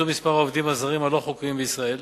מספר העובדים הזרים הלא-חוקיים בישראל,